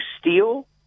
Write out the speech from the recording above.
steal